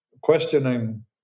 questioning